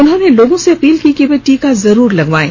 उन्होंने लोगों से अपील की कि वे टीका जरूर लगवाएं